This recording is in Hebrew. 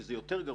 שזה יותר גרוע,